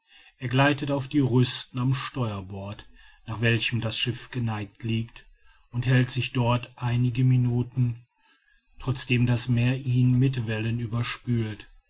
er gleitet auf die rüsten am steuerbord nach welchem das schiff geneigt liegt und hält sich dort einige minuten trotzdem das meer ihn mit wellen überspült